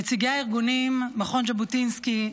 נציגי הארגונים מכון ז'בוטינסקי,